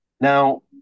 Now